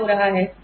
क्या हो रहा है